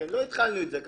לא התחלנו את זה ככה.